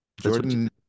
jordan